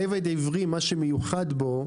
עבד עברי, מה שמיוחד בו,